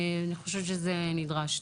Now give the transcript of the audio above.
אני חושבת שזה נדרש.